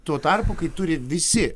tuo tarpu kai turi visi